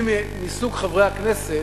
אני מסוג חברי הכנסת